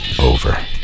over